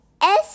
-S